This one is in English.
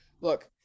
look